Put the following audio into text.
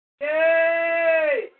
Yay